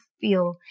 feel